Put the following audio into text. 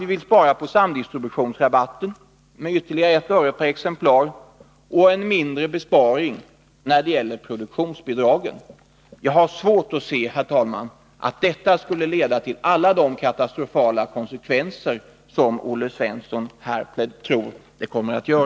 Vi vill också spara på samdistributionsrabatten med ytterligare ett öre per exemplar, och vi vill ha en mindre besparing när det gäller produktionsbidragen. Jag har svårt att se, herr talman, att dessa förslag skulle leda till de katastrofala konsekvenser som Olle Svensson tror att de kommer att göra.